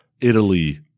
Italy